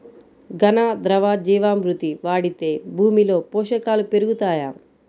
ఘన, ద్రవ జీవా మృతి వాడితే భూమిలో పోషకాలు పెరుగుతాయా?